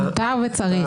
מותר וצריך.